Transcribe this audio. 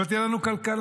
לא תהיה לנו כלכלה.